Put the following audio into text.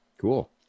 Cool